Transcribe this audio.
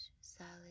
Salad